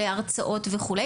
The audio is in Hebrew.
להרצאות וכו'.